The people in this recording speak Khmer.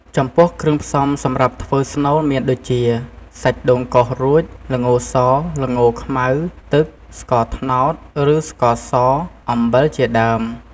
ចំពោះ គ្រឿងផ្សំសម្រាប់ធ្វើស្នូលមានដូចជា សាច់ដូងកោសរួច ល្ងស ល្ងខ្មៅ ទឹក ស្ករត្នោត ឬស្ករស អំបិលជាដើម។